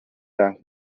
that